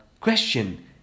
question